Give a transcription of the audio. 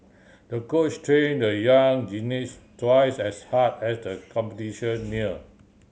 the coach trained the young gymnast twice as hard as the competition neared